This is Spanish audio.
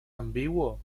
ambiguo